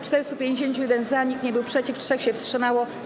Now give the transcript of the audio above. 451 - za, nikt nie był przeciw, 3 się wstrzymało.